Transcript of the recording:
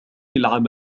العام